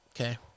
Okay